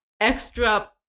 extra